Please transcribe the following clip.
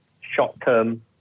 short-term